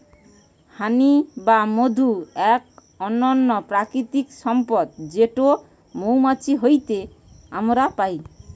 হানি বা মধু এক অনন্য প্রাকৃতিক সম্পদ যেটো মৌমাছি হইতে আমরা পাই